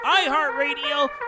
iHeartRadio